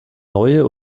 neue